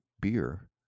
beer